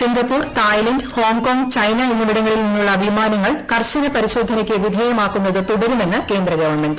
Singapore Thailand Hong Kong China എന്നിവിടങ്ങളിൽ നിന്നുള്ള വിമാനങ്ങൾ കർശന പരിശോധനയ്ക്ക് വിധേയമാക്കുന്നത് തുടരുമെന്ന് കേന്ദ്ര ഗവൺമെന്റ്